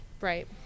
right